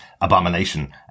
abomination